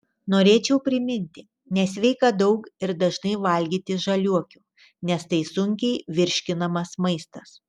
norėčiau priminti nesveika daug ir dažnai valgyti žaliuokių nes tai sunkiai virškinamas maistas